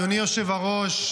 אדוני היושב-ראש,